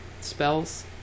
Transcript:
spells